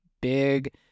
big